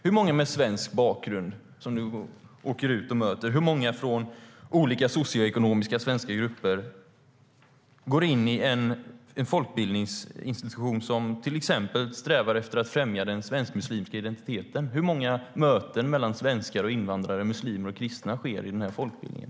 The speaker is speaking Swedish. Hur många med svensk bakgrund från olika socioekonomiska svenska grupper går in i en folkbildningsinstitution som till exempel strävar efter att främja den svensk-muslimska identiteten? Hur många möten mellan svenskar och invandrare eller muslimer och kristna sker inom folkbildningen?